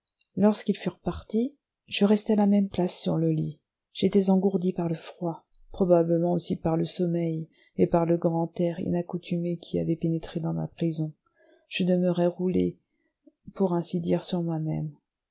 lorsqu'ils furent partis je restai à la même place sur le lit j'étais engourdi par le froid probablement aussi par le sommeil et par le grand air inaccoutumé qui avait pénétré dans ma prison je demeurai roulé pour ainsi dire sur moi-même